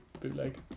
bootleg